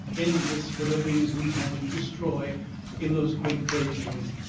endless were the things we had to destroy in those great purgings.